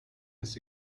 this